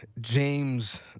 James